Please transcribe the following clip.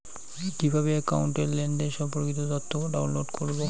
কিভাবে একাউন্টের লেনদেন সম্পর্কিত তথ্য ডাউনলোড করবো?